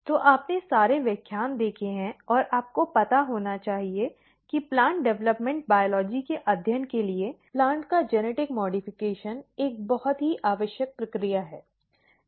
तो आपने सारे व्याख्यान देखे हैं और आपको पता होना चाहिए कि प्लांट डेवलपमेंटल बायोलॉजी के अध्ययन के लिए प्लांट का जेनेटिक मॉडफ़केशन एक बहुत ही आवश्यक प्रक्रिया है